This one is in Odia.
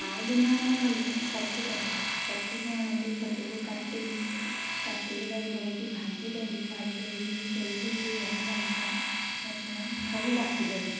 ଆଉ ଦିନେ ଆମେ କଲୁ ଛତୁ ତରକାରୀ ଛତୁକୁ ଆଣିଲୁ ଛତୁକୁ କାଟିଲୁ କାଟିକି ତାକୁ ଧୋଇକି ଭାଜି ଦେଲୁ ଭାଜି ଦେଇକି ସୋରିଷ ଜିରା ଲଙ୍କା ରସୁଣ ସବୁ ବାଟିଦେନୁ